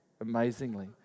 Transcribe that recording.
amazingly